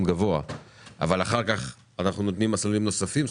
גבוה אבל אחר כך אנחנו נותנים מסלולים נוספים,